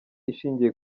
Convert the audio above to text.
ishingiye